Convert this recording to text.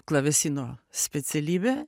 klavesino specialybę